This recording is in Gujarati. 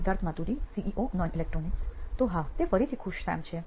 સિદ્ધાર્થ માતુરી સીઇઓ નોઇન ઇલેક્ટ્રોનિક્સ તો હા તે ફરીથી ખુશ સેમ છે